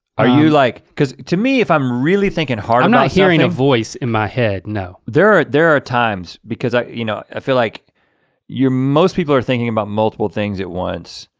are you like because to me if i'm really thinking hard. i'm not hearing a voice in my head no. there are there are times because i you know ah feel like most people are thinking about multiple things at once.